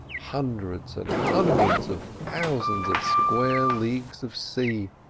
hundreds and hundreds of thousands of square leagues of sea,